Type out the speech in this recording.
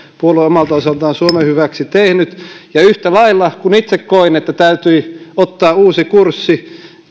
on omalta osaltaan suomen hyväksi tehnyt yhtä lailla kun itse koin että täytyi ottaa uusi kurssi